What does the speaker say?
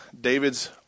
David's